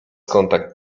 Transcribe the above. kontakt